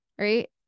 Right